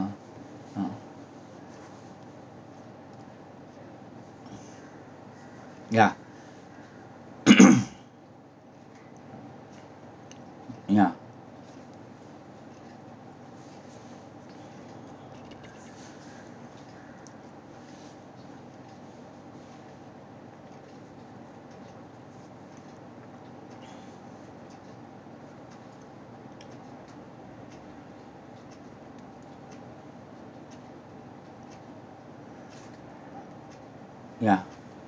uh yeah yeah yeah